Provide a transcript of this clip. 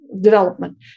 development